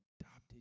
adopted